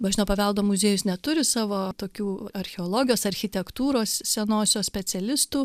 bažnytinio paveldo muziejus neturi savo tokių archeologijos architektūros senosios specialistų